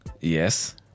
Yes